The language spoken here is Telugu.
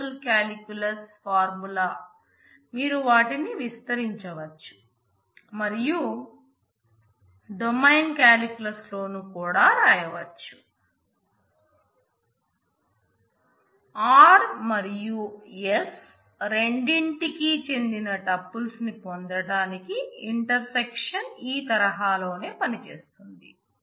R మరియు S రెండింటికి చెందిన టూపుల్స్ ఈ తరహాలోనే పనిచేస్తుంది